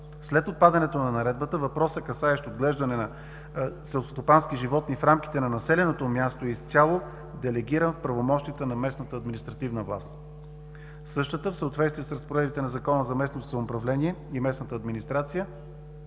След отпадането на Наредбата, въпросът, касаещ отглеждане на селскостопански животни в рамките на населеното място, е изцяло делегиран в правомощията на местната административна власт. Същата, в съответствие с разпоредбите на Закона за местното самоуправление и местната администрация